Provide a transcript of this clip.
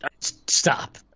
Stop